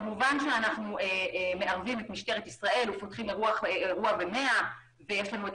כמובן שאנחנו מערבים את משטרת ישראל ופותחים אירוע שם ויש לנו את